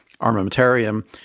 armamentarium